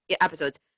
episodes